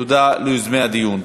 תודה ליוזמי הדיון.